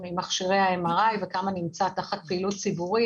מכשירי ה-MRI וכמה נמצאים תחת פעילות ציבורית,